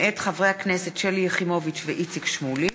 מאת חברי הכנסת שלי יחימוביץ ואיציק שמולי,